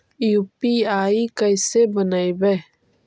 UPI कैसे बनइबै?